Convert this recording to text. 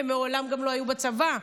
הם מעולם לא היו בצבא.